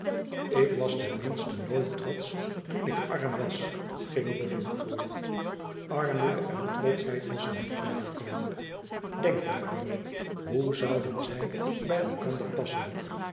ik was ten minste nooit trotsch toen ik arm was ging bofhn voort armoede en trotschheid passen niet bij elkander denk daaraan hoe zouden zij bij elkander passen